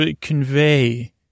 Convey